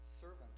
servant